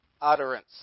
utterance